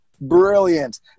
brilliant